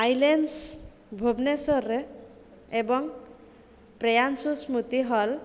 eye lens ଭୁବନେଶ୍ଵରରେ ଏବଂ Preyanshu Smriti hall